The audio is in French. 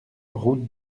route